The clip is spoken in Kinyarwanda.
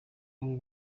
uru